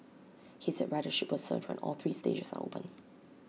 he said ridership will surge when all three stages are open